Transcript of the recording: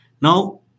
Now